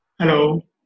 Hello